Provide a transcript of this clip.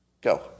Go